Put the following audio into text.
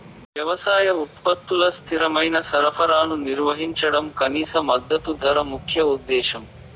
వ్యవసాయ ఉత్పత్తుల స్థిరమైన సరఫరాను నిర్వహించడం కనీస మద్దతు ధర ముఖ్య ఉద్దేశం